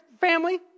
family